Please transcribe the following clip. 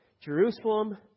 Jerusalem